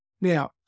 Now